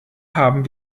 haben